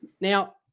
Now